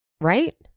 Right